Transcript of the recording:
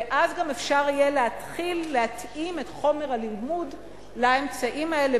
ואז גם אפשר יהיה להתחיל להתאים את חומר הלימוד לאמצעים האלה